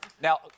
Now